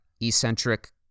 eccentric